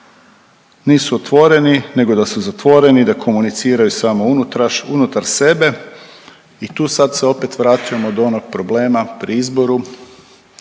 nisu otvoreni, nego da su zatvoreni, da komuniciraju samo unutraš… unutar sebe i tu sad opet se vraćamo do onog problema pri izboru,